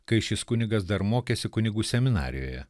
kai šis kunigas dar mokėsi kunigų seminarijoje